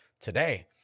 today